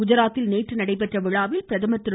குஜராத்தில் நேற்று நடைபெற்ற விழாவில் பிரதமர் திரு